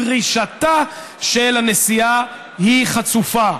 דרישתה של הנשיאה היא חצופה.